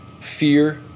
Fear